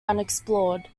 unexplored